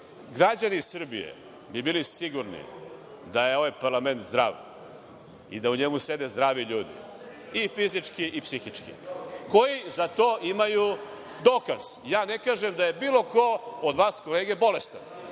građani Srbije bi bili sigurni da je ovaj parlament zdrav i da u njemu sede zdravi ljudi i fizički i psihički, koji za to imaju dokaz. Ja ne kažem da je bilo ko od vas, kolege, bolestan,